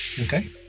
Okay